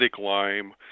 lime